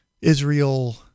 Israel